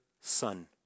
son